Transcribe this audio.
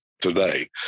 today